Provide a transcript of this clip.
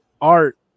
art